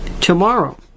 Tomorrow